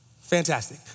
fantastic